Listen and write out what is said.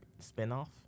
spinoff